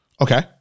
Okay